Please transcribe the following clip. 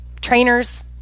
trainers